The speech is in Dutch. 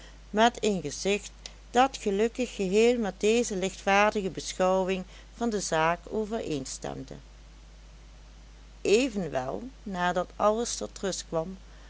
met een gezicht dat gelukkig geheel met deze lichtvaardige beschouwing van de zaak overeenstemde evenwel nadat alles tot rust kwam